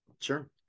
Sure